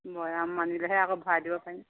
মই আৰু মানিলেহে আকৌ ভৰাই দিব পাৰিম